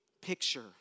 picture